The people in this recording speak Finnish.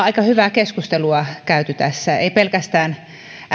aika hyvää keskustelua käyneet tässä emme pelkästään